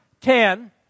ten